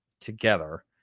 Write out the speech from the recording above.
together